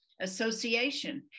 Association